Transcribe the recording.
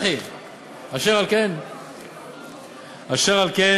אשר על כן,